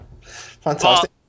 Fantastic